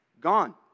Gone